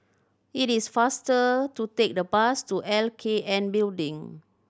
it is faster to take the bus to L K N Building